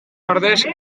ordez